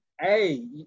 Hey